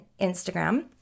instagram